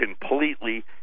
completely